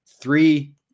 three